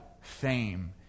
fame